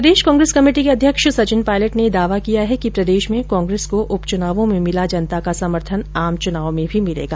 प्रदेश Congress committee के अध्यक्ष सचिन पायलट ने दावा किया है कि प्रदेश में कांग्रेस को उपच्चनावों में मिला जनता का समर्थन आम चुनावों में भी मिलेगा